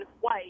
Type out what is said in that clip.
white